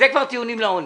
אלו כבר טיעונים לעונש.